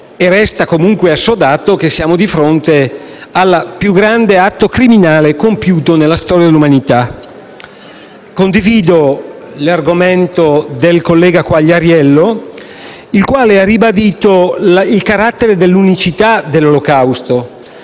resti comunque assodato che siamo di fronte al più grande atto criminale compiuto nella storia dell'umanità. Condivido l'argomento del collega Quagliariello, il quale ha ribadito il carattere dell'unicità dell'Olocausto,